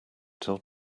till